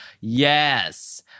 Yes